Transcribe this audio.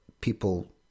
people